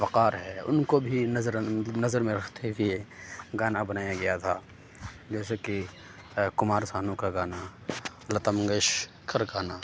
وقار ہے ان کو بھی نظر اند نظر میں رکھتے ہوئے گانا بنایا گیا تھا جیسے کہ کمار سانو کا گانا لتا منگیشکر گانا